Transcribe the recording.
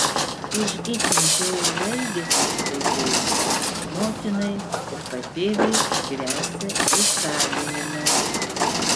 už itin žiaurų elgesį su vaikais motinai ir patėviui gresia įkalinimas